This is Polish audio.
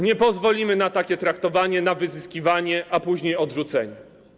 Nie pozwolimy na takie traktowanie, na wyzyskiwanie, a później odrzucenie.